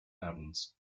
mountains